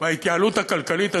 וההתייעלות הכלכלית הזאת,